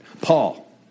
Paul